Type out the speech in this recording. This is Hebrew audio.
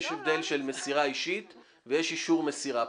יש מסירה אישית ויש אישור מסירה.